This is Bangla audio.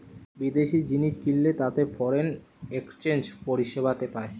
বিদেশি জিনিস কিনলে তাতে ফরেন এক্সচেঞ্জ পরিষেবাতে পায়